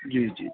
جی جی